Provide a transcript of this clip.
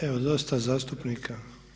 Evo dosta zastupnikia.